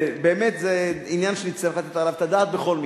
באמת, זה עניין שנצטרך לתת עליו את הדעת בכל מקרה.